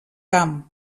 camp